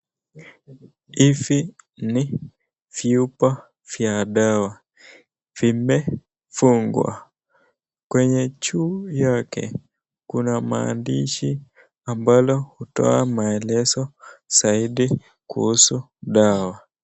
Hivi ni vyupa vya dawa vimefungwa, kwenye juu yake kuna maandishi ambalo hutoa maelezo zaidi kuhusu dawa.